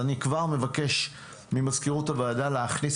אני כבר מבקש ממזכירות הוועדה להכניס